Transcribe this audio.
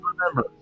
remember